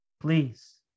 Please